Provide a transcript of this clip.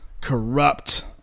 corrupt